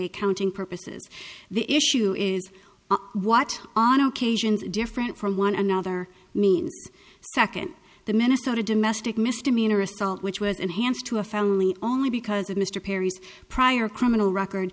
accounting purposes the issue is what on occasions different from one another means second the minnesota domestic misdemeanor assault which was enhanced to a family only because of mr perry's prior criminal record